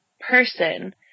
person